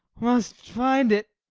must find it.